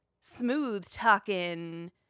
smooth-talking